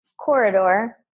corridor